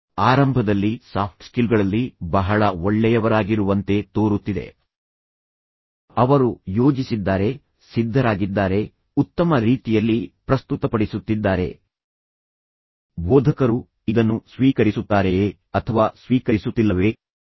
ಆರಂಭದಲ್ಲಿ ಸಾಫ್ಟ್ ಸ್ಕಿಲ್ಗಳಲ್ಲಿ ಬಹಳ ಒಳ್ಳೆಯವರಾಗಿರುವಂತೆ ತೋರುತ್ತಿದೆ ಅವರು ಯೋಜಿಸಿದ್ದಾರೆ ಸಿದ್ಧರಾಗಿದ್ದಾರೆ ಉತ್ತಮ ರೀತಿಯಲ್ಲಿ ಪ್ರಸ್ತುತಪಡಿಸುತ್ತಿದ್ದಾರೆ ಬೋಧಕರು ಇದನ್ನು ಸ್ವೀಕರಿಸುತ್ತಾರೆಯೇ ಅಥವಾ ಅವರು ಸ್ವೀಕರಿಸುತ್ತಿಲ್ಲವೇ ಅದನ್ನು ಸ್ವೀಕರಿಸುವುದಿಲ್ಲ